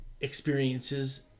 experiences